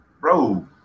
bro